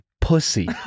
Pussy